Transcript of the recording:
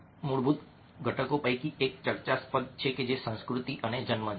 મૂળભૂત ઘટકો પૈકી એક ચર્ચાસ્પદ છે સાંસ્કૃતિક અથવા જન્મજાત